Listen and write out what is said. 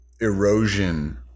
erosion